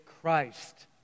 Christ